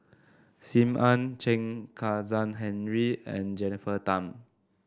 Sim Ann Chen Kezhan Henri and Jennifer Tham